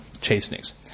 chastenings